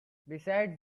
besides